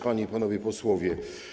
Panie i Panowie Posłowie!